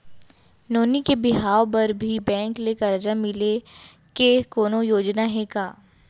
नोनी के बिहाव बर भी बैंक ले करजा मिले के कोनो योजना हे का?